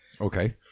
Okay